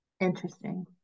Interesting